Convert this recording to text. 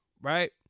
right